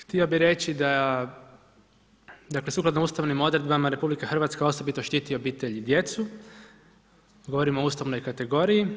Htio bih reći da sukladno Ustavnim odredbama RH osobito štiti obitelj i djecu, govorimo o Ustavnoj kategoriji.